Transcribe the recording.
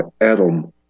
Adam